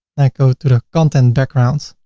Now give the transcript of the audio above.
i go to the content background,